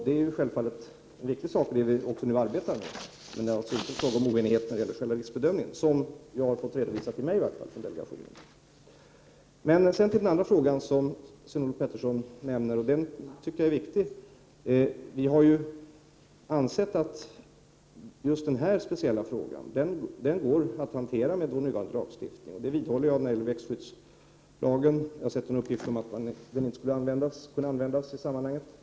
Det är självfallet en viktig sak som vi också arbetar med, men det rör sig alltså inte om någon oenighet när det gäller själva riskbedömningen — i varje fall inte om jag får döma av delegationens redovisning för mig. Sedan till Sven-Olof Peterssons andra fråga, som jag tycker är viktig. Vi har ju ansett att det går att hantera just den här speciella frågan med vår nuvarande lagstiftning. Jag vidhåller detta när det gäller växtskyddslagen. Enligt en uppgift som jag har sett skulle den inte kunna användas i sammanhanget.